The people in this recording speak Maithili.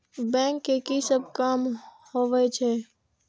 बैंक के की सब काम होवे छे?